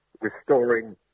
restoring